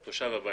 לבית התושב,